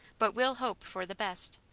but we'll hope for the best.